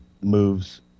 moves